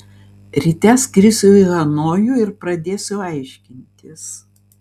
ryte skrisiu į hanojų ir pradėsiu aiškintis